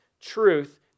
truth